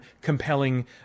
compelling